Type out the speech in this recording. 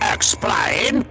Explain